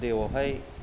दैयावहाय